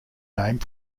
name